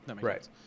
Right